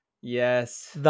Yes